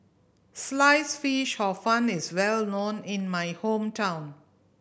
Sliced Fish Hor Fun is well known in my hometown